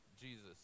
Jesus